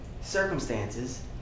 Circumstances